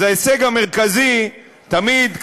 ההישג המרכזי תמיד,